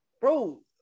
Bro